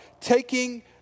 taking